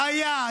היה.